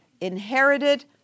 inherited